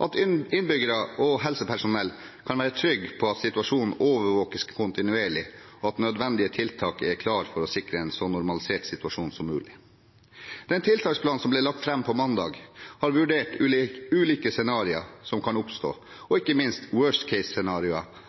at innbyggere og helsepersonell kan være trygge på at situasjonen overvåkes kontinuerlig, og at nødvendige tiltak er klare for å sikre en så normalisert situasjon som mulig. Den tiltaksplanen som ble lagt fram på mandag, har vurdert ulike scenarioer som kan oppstå, og